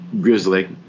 Grizzly